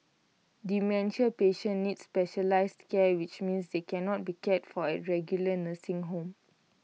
dementia patients need specialised care which means they cannot be cared for at regular nursing homes